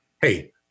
hey